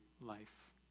life